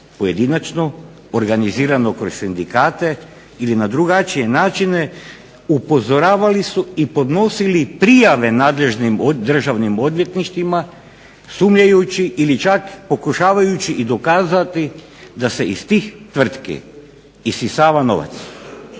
pojedinačno, organizirano kroz sindikate ili na drugačije načine upozoravali su i podnosili prijave nadležnim državnim odvjetništvima sumnjajući ili čak pokušavajući dokazati da se iz tih tvrtki isisava novac,